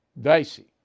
dicey